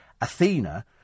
Athena